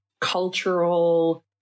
cultural